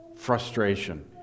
frustration